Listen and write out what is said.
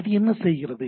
அது என்ன செய்கிறது